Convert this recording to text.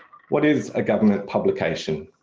what is a government publication?